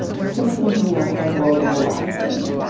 disconnecting from the outside world and relaxing.